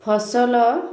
ଫସଲ